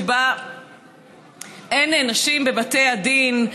שבה אין נשים בבתי הדין,